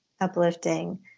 uplifting